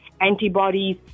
antibodies